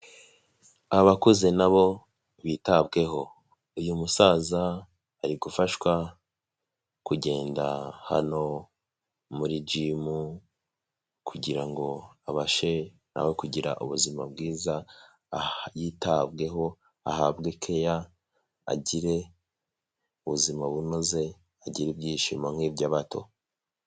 Abakuze na bo bitabweho, uyu musaza ari gufashwa kugenda hano muri jimu kugira ngo abashe na we kugira ubuzima bwiza, yitabweho ahabwe keya agire ubuzima bunoze, agire ibyishimo nk'iby'abato.